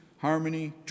harmony